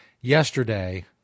yesterday